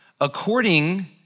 according